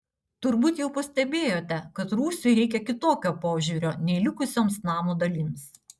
turbūt jau pastebėjote kad rūsiui reikia kitokio požiūrio nei likusioms namo dalims